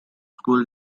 school